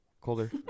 Colder